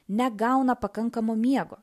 negauna pakankamo miego